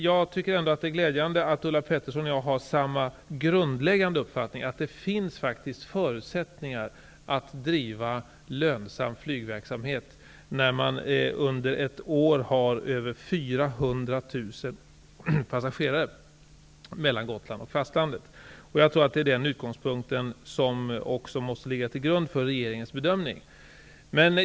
Jag tycker ändock att det är glädjande att Ulla Pettersson och jag har samma grundläggande uppfattning att det faktiskt finns förutsättningar att driva lönsam flygverksamhet när man under ett år har över 400 000 passagerare mellan Gotland och fastlandet. Jag tror att det är den utgångspunkten som också måste ligga till grund för regeringens bedömning.